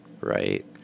right